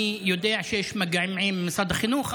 אני יודע שיש מגעים עם משרד החינוך,